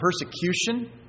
persecution